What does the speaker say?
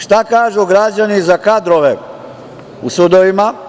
Šta kažu građani za kadrove u sudovima?